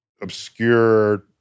obscure